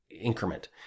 increment